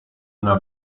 una